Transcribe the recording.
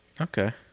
Okay